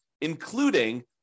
including